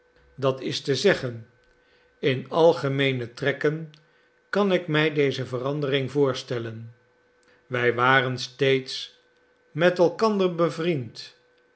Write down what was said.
dat is te zeggen in algemeene trekken kan ik mij deze verandering voorstellen wij waren steeds met elkander bevriend